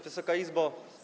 Wysoka Izbo!